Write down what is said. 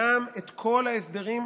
גם את כל ההסדרים,